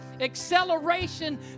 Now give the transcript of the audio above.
acceleration